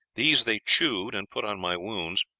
these they chewed and put on my wounds,